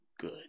good